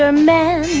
ah man.